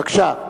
בבקשה.